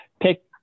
pick